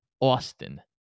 Austin